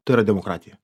tai yra demokratija